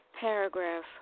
paragraph